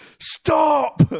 stop